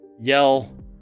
yell